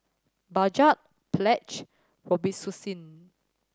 Bajaj Pledge Robitussin